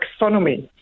taxonomy